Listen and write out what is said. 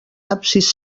absis